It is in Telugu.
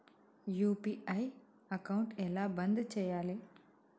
యూ.పీ.ఐ అకౌంట్ ఎలా బంద్ చేయాలి?